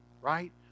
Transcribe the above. Right